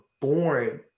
born